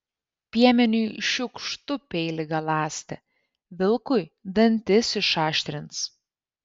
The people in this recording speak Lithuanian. piemeniui šiukštu peilį galąsti vilkui dantis išaštrins